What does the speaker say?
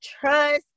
Trust